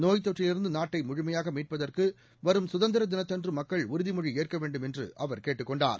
நோய்த் தொற்றில் இருந்து நாட்டை முழுமையாக மீட்பதற்கு வரும் சுதந்திர் தினத்தன்று மக்கள் உறுதிமொழி ஏற்க வேண்டும் என்று அவர் கேட்டுக் கொண்டார்